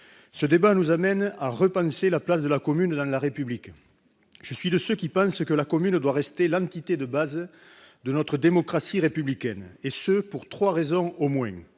Ce débat nous amène à repenser la place de la commune dans la République. Je suis de ceux pour qui la commune doit rester l'entité de base de notre démocratie républicaine, et ce pour trois raisons au moins.